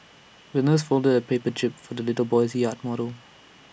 the nurse folded A paper jib for the little boy's yacht model